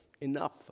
enough